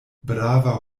brava